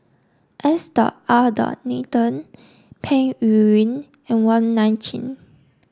S R Nathan Peng Yuyun and Wong Nai Chin